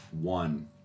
One